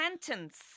sentence